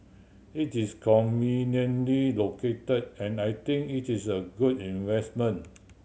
it's conveniently located and I think it is a good investment